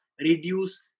reduce